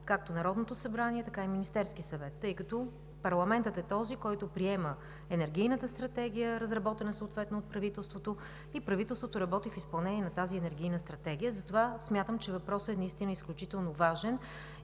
както Народното събрание, така и Министерският съвет, тъй като парламентът е този, който приема Енергийната стратегия, разработена съответно от правителството, и правителството работи в изпълнение на тази Енергийна стратегия. Затова смятам, че въпросът е наистина изключително важен